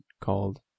called